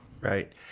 Right